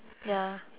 ya